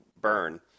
burn